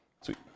Sweet